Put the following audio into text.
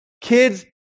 Kids